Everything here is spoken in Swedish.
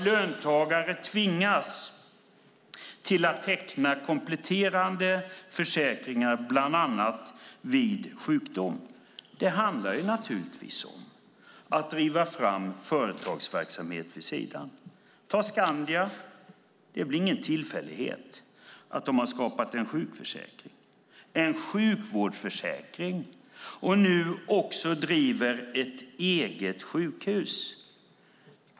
Löntagare tvingas att teckna kompletterande försäkringar bland annat vid sjukdom. Det handlar naturligtvis om att driva fram företagsverksamhet vid sidan om. Det är väl ingen tillfällighet att Skandia har skapat en sjukförsäkring och en sjukvårdsförsäkring och nu också driver ett eget sjukhus.